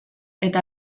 eta